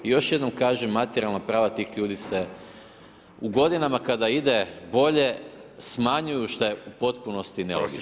Još jednom kažem, materijalna prava tih ljudi se, u godinama kada ide bolje smanjuju, što je u potpunosti nelogično.